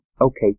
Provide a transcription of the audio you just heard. okay